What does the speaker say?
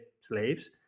slaves